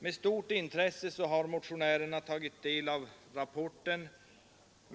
Med stort intresse har motionärerna tagit del av rapporten